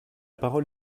parole